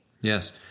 Yes